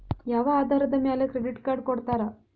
ಯಾವ ಆಧಾರದ ಮ್ಯಾಲೆ ಕ್ರೆಡಿಟ್ ಕಾರ್ಡ್ ಕೊಡ್ತಾರ?